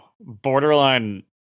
borderline